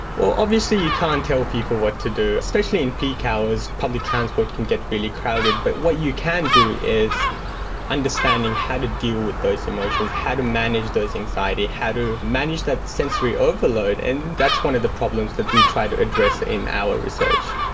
obviously you can't tell people what to do, especially in peak hours, public transport can get really crowded. but what you can do is understanding how to deal with those emotions, how to manage those anxieties, how to manage that sensory overload. and that's one of the problems that we try to address in our research.